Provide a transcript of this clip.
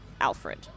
Alfred